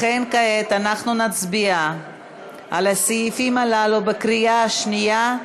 לכן כעת אנחנו נצביע על הסעיפים הללו בקריאה שנייה,